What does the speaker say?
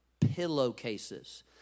pillowcases